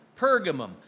Pergamum